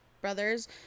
brothers